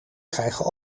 krijgen